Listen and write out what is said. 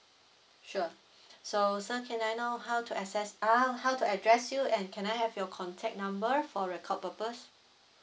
sure so sir can I know how to access ah how to address you and can I have your contact number for record purpose